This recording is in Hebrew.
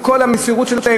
עם כל המסירות שלהם,